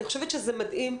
אני חושבת שזה מדהים.